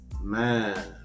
man